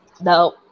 No